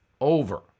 over